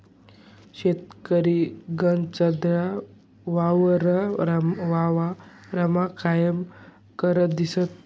शेतकरी गनचदा वावरमा काम करतान दिसंस